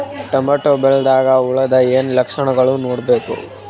Tomato ಬೆಳಿದಾಗ್ ಹುಳದ ಏನ್ ಲಕ್ಷಣಗಳು ನೋಡ್ಬೇಕು?